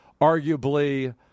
arguably